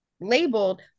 labeled